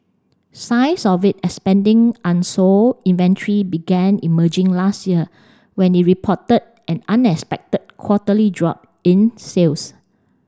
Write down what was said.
signs of its expanding unsold inventory began emerging last year when it reported an unexpected quarterly drop in sales